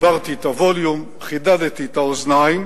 הגברתי את הווליום, חידדתי את האוזניים,